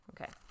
Okay